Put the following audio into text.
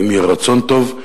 אם יהיה רצון טוב,